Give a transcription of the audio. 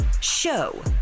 show